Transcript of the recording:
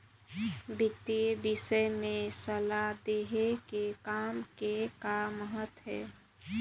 वितीय विषय में सलाह देहे के काम के का महत्ता हे?